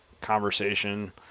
conversation